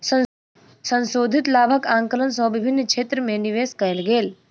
संशोधित लाभक आंकलन सँ विभिन्न क्षेत्र में निवेश कयल गेल